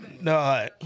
No